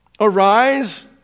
Arise